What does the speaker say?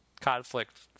conflict